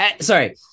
sorry